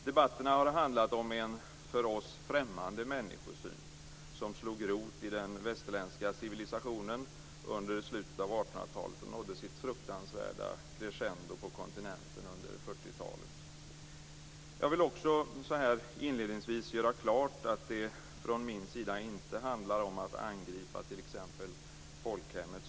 Debatterna har handlat om en för oss främmande människosyn som slog rot i den västerländska civilisationen under slutet av 1800-talet och som nådde sitt fruktansvärda crescendo på kontinenten under 40 Jag vill inledningsvis göra klart att det från min sida inte handlar om att angripa t.ex. folkhemmet.